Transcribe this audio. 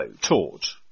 taught